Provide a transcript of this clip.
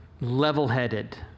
level-headed